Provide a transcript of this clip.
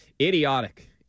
Idiotic